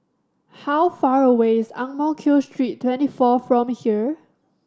how far away is Ang Mo Kio Street Twenty four from here